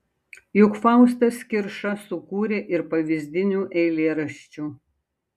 juk faustas kirša sukūrė ir pavyzdinių eilėraščių